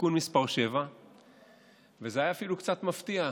תיקון מס' 7. וזה היה אפילו קצת מפתיע,